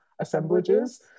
assemblages